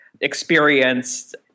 experienced